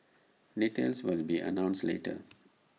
details will be announced later